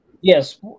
Yes